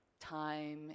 time